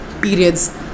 periods